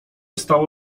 stało